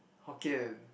hokkien